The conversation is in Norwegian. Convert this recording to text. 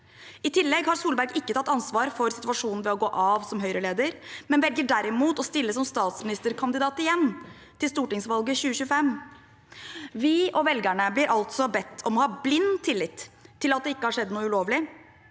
I tillegg har ikke Solberg tatt ansvar for situasjonen ved å gå av som Høyre-leder, men velger derimot å stille som statsministerkandidat igjen til stortingsvalget i 2025. Vi og velgerne blir altså bedt om å ha blind tillit til at det ikke har skjedd noe ulovlig.